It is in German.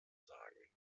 sagen